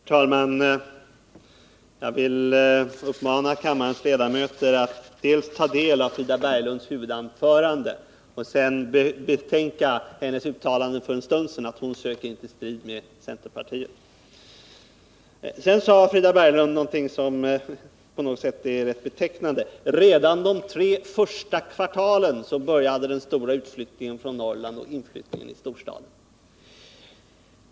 Herr talman! Jag vill uppmana kammarens ledamöter att ta del av Frida Berglunds huvudanförande och sedan betänka hennes uttalande för en stund sedan att hon inte söker strid med centerpartiet. Frida Berglund sade någonting som är rätt betecknande: Redan de tre första kvartalen efter regeringsskiftet började den stora utflyttningen från Norrland och inflyttningen till storstaden.